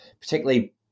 particularly